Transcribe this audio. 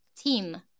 team